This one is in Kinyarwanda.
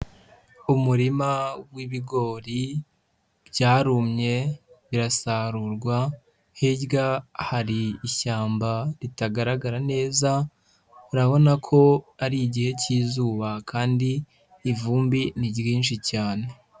Umurima w'ibigori byarumye birasarurwa, hirya hari ishyamba ritagaragara neza, urabona ko ari igihe cy'izuba kandi ivumbi ni ryinshi cyane.